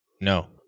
No